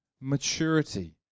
maturity